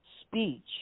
speech